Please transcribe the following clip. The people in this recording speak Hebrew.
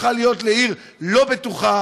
הפכה להיות לעיר לא בטוחה,